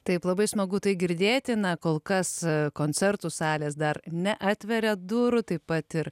taip labai smagu tai girdėti na kol kas koncertų salės dar neatveria durų taip pat ir